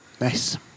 Nice